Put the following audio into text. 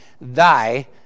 thy